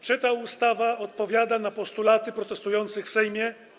Czy ta ustawa odpowiada na postulaty protestujących w Sejmie?